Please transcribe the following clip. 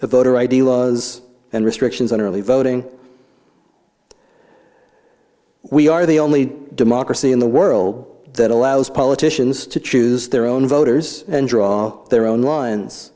the voter id laws and restrictions on early voting we are the only democracy in the world that allows politicians to choose their own voters and draw their own lines